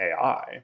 AI